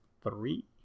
three